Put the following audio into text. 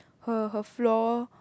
her her floor